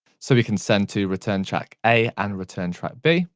so we can send to return track a and return track b